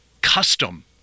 custom